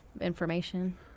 information